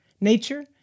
nature